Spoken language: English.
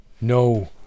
no